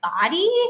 body